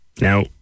Now